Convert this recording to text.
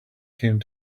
came